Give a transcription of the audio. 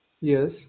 Yes